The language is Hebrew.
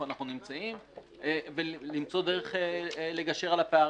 אנחנו נמצאים ולמצוא דרך לגשר על הפערים.